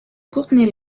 courtney